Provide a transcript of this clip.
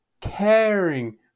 caring